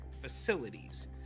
facilities